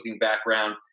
background